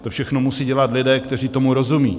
To všechno musí dělat lidé, kteří tomu rozumí.